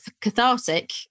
cathartic